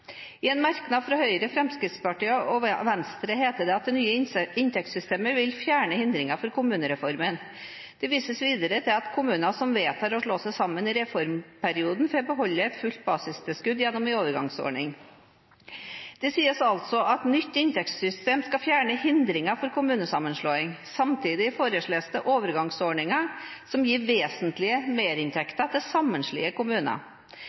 I en merknad fra Høyre, Fremskrittspartiet og Venstre heter det at det «nye inntektssystemet» vil fjerne «hindringer for kommunereform». Det vises til videre: «Kommuner som vedtar å slå seg sammen i reformperioden får beholde et fullt basistilskudd gjennom en overgangsordning.» Det sies altså at nytt inntektssystem skal fjerne hindringer for kommunesammenslåing. Samtidig foreslås det overgangsordninger som gir vesentlige merinntekter til sammenslåtte kommuner.